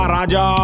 Raja